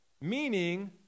Meaning